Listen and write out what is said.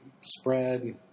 spread